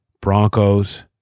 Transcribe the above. Broncos